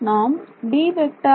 நாம் D